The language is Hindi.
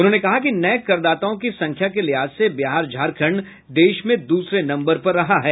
उन्होंने कहा कि नये करदाताओं की संख्या के लिहाज से बिहार झारखंड देश में दूसरे नम्बर पर रहा है